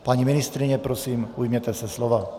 Paní ministryně, prosím, ujměte se slova.